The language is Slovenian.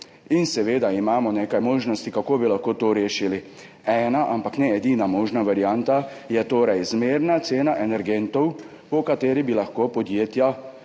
in seveda imamo nekaj možnosti, kako bi lahko to rešili. Ena, ampak ne edina možna, varianta je torej zmerna cena energentov, po kateri bi lahko podjetja